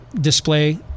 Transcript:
display